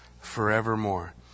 forevermore